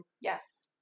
Yes